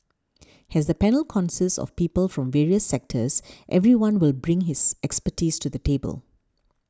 as the panel consists of people from various sectors everyone will bring his expertise to the table